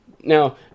now